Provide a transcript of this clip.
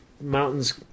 mountains